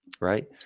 Right